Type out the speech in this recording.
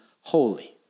holy